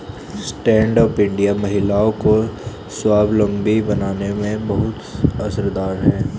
stand up India महिलाओं को स्वावलम्बी बनाने में बहुत असरदार है